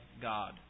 God